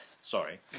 Sorry